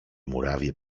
murawie